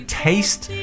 taste